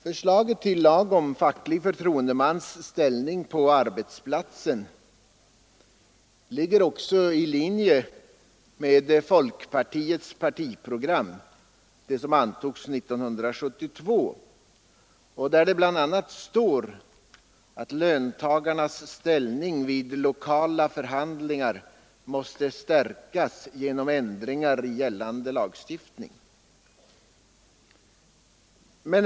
Förslaget till lag om facklig förtroendemans ställning på arbetsplatsen ligger också i linje med folkpartiets partiprogram, som antogs 1972, där det bl.a. står att löntagarnas ställning vid lokala förhandlingar måste stärkas genom ändringar i gällande lagstiftning.